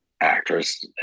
actress